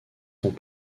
font